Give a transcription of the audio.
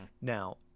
Now